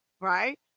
Right